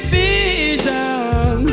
vision